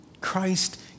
Christ